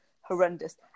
horrendous